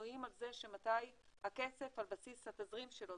בנויים על זה שמתי הכסף על בסיס התזרים שלו,